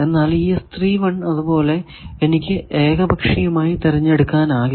എന്നാൽ ഈ അതുപോലെ എനിക്ക് ഏകപക്ഷീയമായി തെരഞ്ഞെടുക്കാനാകില്ല